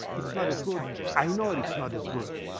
it's not as good i know it's not as good.